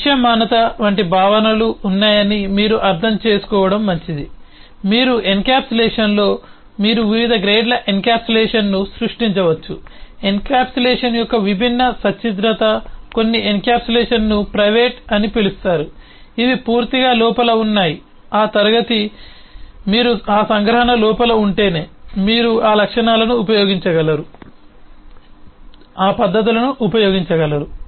దృశ్యమానత వంటి భావనలు ఉన్నాయని మీరు అర్థం చేసుకోవడం మంచిది మీ ఎన్క్యాప్సులేషన్లో మీరు వివిధ గ్రేడ్ల ఎన్క్యాప్సులేషన్ను సృష్టించవచ్చు ఎన్కాప్సులేషన్ యొక్క విభిన్న సచ్ఛిద్రత కొన్ని ఎన్క్యాప్సులేషన్ను ప్రైవేట్ అని పిలుస్తారు ఇవి పూర్తిగా లోపల ఉన్నాయి ఆ క్లాస్ మీరు ఆ సంగ్రహణ లోపల ఉంటేనే మీరు ఆ లక్షణాలను ఉపయోగించగలరు ఆ పద్ధతులను ఉపయోగించగలరు